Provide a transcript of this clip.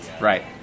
Right